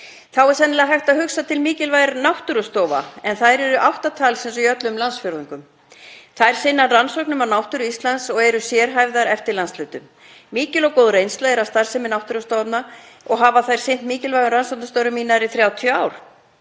Þá er sennilega hægt að hugsa til mikilvægis náttúrustofa en þær eru átta talsins í öllum landsfjórðungum. Þær sinna rannsóknum á náttúru Íslands og eru sérhæfðar eftir landshlutum. Mikil og góð reynsla er af starfsemi náttúrustofanna og hafa þær sinnt mikilvægum rannsóknarstörfum í nærri 30 ár.